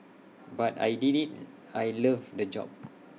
but I did IT I loved the job